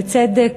בצדק,